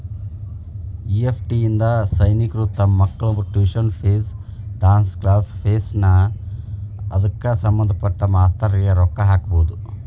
EFT ಇಂದಾ ಸೈನಿಕ್ರು ತಮ್ ಮಕ್ಳ tuition fees, dance class fees ನಾ ಅದ್ಕ ಸಭಂದ್ಪಟ್ಟ ಮಾಸ್ತರ್ರಿಗೆ ರೊಕ್ಕಾ ಹಾಕ್ಬೊದ್